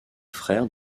frère